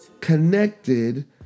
connected